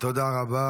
תודה רבה.